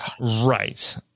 Right